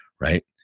right